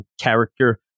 character